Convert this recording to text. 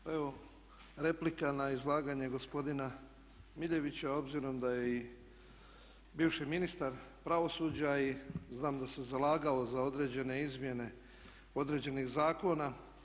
Pa evo replika na izlaganje gospodina Miljenića obzirom da je i bivši ministar pravosuđa i znam da se zalagao za određene izmjene određenih zakona.